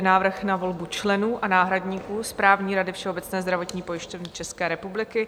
Návrh na volbu členů a náhradníků Správní rady Všeobecné zdravotní pojišťovny České republiky